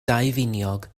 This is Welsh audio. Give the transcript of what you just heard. daufiniog